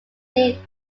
being